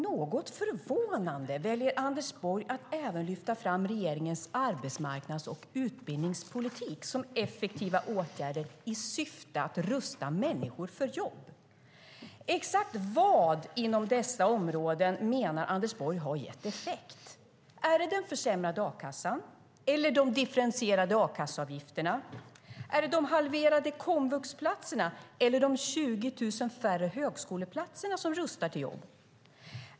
Något förvånande väljer Anders Borg att även lyfta fram regeringens arbetsmarknads och utbildningspolitik som effektiva åtgärder i syfte att rusta människor för jobb. Exakt vad inom dessa områden menar Anders Borg har gett effekt? Är det den försämrade a-kassan eller de differentierade a-kasseavgifterna? Är det de halverade komvuxplatserna eller de 20 000 färre högskoleplatserna som rustar till jobb?